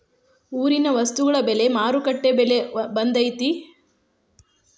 ಊರಿನ ವಸ್ತುಗಳ ಬೆಲೆ ಮಾರುಕಟ್ಟೆ ಬೆಲೆ ಒಂದ್ ಐತಿ?